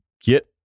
get